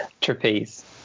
trapeze